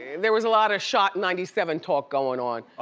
there was a lot of shot ninety seven talk going on.